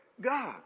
God